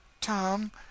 Tom